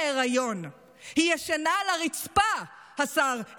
בכנס החירום של ראש הממשלה לשעבר לפיד,